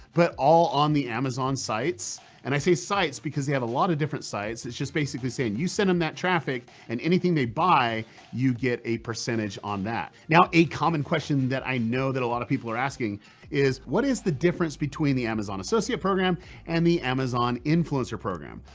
but all on the amazon sites and i say sites because they have a lot of different sites. it's just basically saying you sent them that traffic and anything they buy you get a percentage on that. now a common question that i know a lot of people are asking is what is the difference between the amazon associate program and the amazon influencer program?